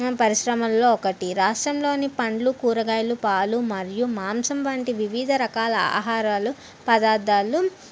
పరిశ్రమల్లో ఒకటి రాష్ట్రంలోని పండ్లు కూరగాయలు పాలు మరియు మాంసం వంటి వివిధ రకాల ఆహారాలు పదార్థాలు